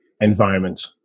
environment